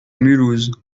mulhouse